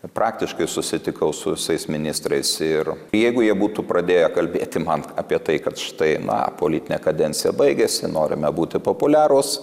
praktiškai susitikau su visais ministrais ir jeigu jie būtų pradėję kalbėti man apie tai kad štai na politinė kadencija baigiasi norime būti populiarūs